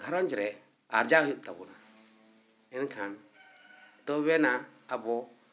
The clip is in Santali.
ᱜᱷᱟᱨᱚᱸᱡᱽ ᱨᱮ ᱟᱨᱡᱟᱣ ᱦᱩᱭᱩᱜ ᱛᱟᱵᱚᱱᱟ ᱮᱱᱠᱷᱟᱱ ᱛᱚᱵᱮᱱᱟᱜ ᱟᱵᱚ